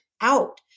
out